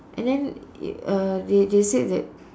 and then it uh they they said that